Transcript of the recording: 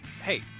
Hey